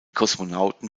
kosmonauten